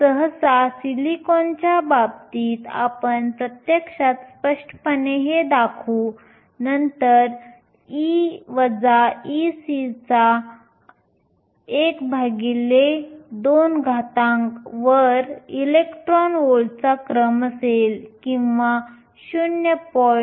सहसा सिलिकॉनच्या बाबतीत आपण प्रत्यक्षात स्पष्टपणे हे दाखवू नंतर 12 वर इलेक्ट्रॉन व्होल्टचा क्रम असेल किंवा 0